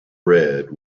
red